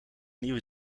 nieuwe